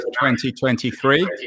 2023